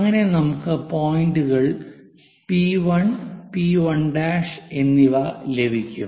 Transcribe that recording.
അങ്ങനെ നമുക്ക് പോയിന്റുകൾ പി 1 പി 1' P1 P1'എന്നിവ ലഭിക്കും